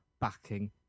backing